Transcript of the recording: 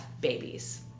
babies